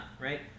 right